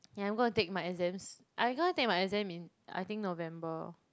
and I'm gonna take my exams I'm gonna take my exams in I think November